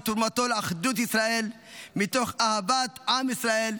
ואת תרומתו לאחדות ישראל מתוך אהבת עם ישראל,